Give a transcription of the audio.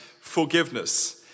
Forgiveness